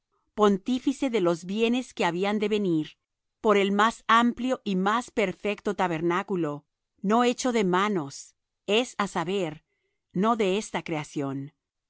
pontífice de los bienes que habían de venir por el más amplio y más perfecto tabernáculo no hecho de manos es á saber no de esta creación